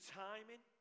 timing